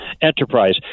enterprise